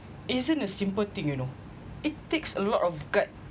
isn't a simple thing you know it takes a lot of gut